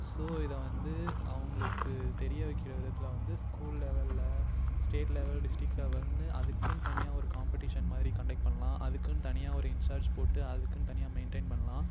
so இதை வந்து அவங்களுக்குத் தெரிய வைக்கிற விதத்தில் வந்து ஸ்கூல் லெவலில் ஸ்டேட் லெவல் டிஸ்ட்ரிக் லெவல்ன்னு அதுக்குன்னு தனியாக ஒரு காம்பட்டீஷன் மாதிரி கன்டெக்ட் பண்லாம் அதுக்குன்னு தனியாக ஒரு இன்சார்ஜ் போட்டு அதுக்குன்னு தனியாக மெயின்டைன் பண்ணலாம்